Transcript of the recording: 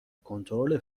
کنترل